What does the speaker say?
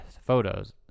photos